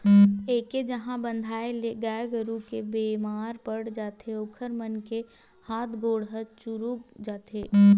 एके जघा बंधाए ले गाय गरू ह बेमार पड़ जाथे ओखर मन के हात गोड़ ह चुगुर जाथे